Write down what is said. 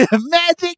Magic